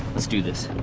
let's do this.